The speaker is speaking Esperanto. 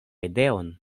ideon